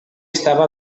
estava